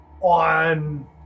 on